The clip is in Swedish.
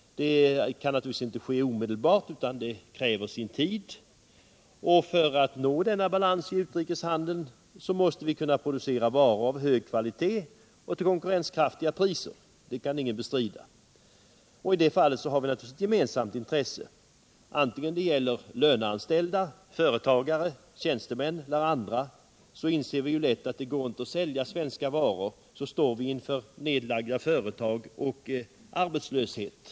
Naturligtvis kan det inte ske omedelbart, utan det kräver sin tid. För att nå denna balans i utrikeshandeln måste vi kunna producera varor av hög kvalitet och till konkurrenskraftiga priser. Det kan ingen bestrida. I det fallet har vi naturligtvis ett gemensamt intresse. Vare sig vi är löneanställda, företagare, tjänstemän eller andra inser vi ju att går det inte att sälja svenska varor står vi inför nedläggning av företag och arbetslöshet.